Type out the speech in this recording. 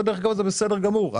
וזה בסדר גמור.